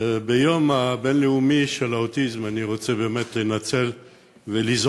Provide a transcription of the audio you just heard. ביום הבין-לאומי לציון האוטיזם אני רוצה באמת לנצל ולזעוק,